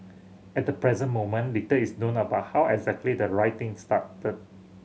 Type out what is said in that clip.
at the present moment little is known about how exactly the rioting started